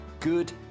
Good